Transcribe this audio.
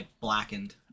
blackened